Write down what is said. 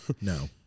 No